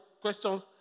questions